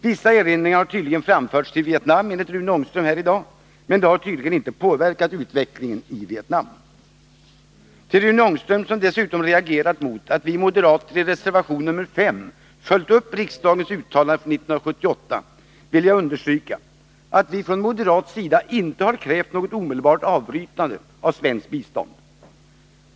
Vissa erinringar har, enligt vad Rune Ångström säger här i dag, framförts till Vietnam, men de har tydligen inte påverkat utvecklingen där. För Rune Ångström, som dessutom reagerat mot att vi moderater i reservation nr 5 följt upp riksdagens uttalande från 1978, vill jag understryka att vi från moderat sida inte har krävt något omedelbart avbrytande av svenskt bistånd.